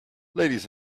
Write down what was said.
ladies